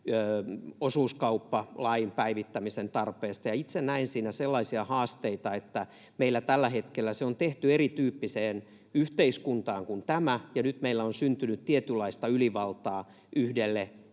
osuuskauppalain päivittämisen tarpeesta, ja itse näen siinä sellaisia haasteita, että meillä tällä hetkellä se on tehty erityyppiseen yhteiskuntaan kuin tämä ja nyt meillä on syntynyt tietynlaista ylivaltaa yhdelle